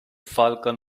falcon